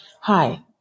hi